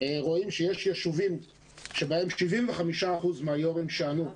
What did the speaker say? רואים שיש ישובים שבהם 75% מיושבי הראש שענו,